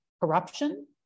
corruption